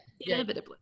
inevitably